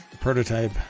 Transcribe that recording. Prototype